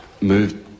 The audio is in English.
moved